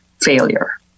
failure